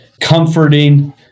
comforting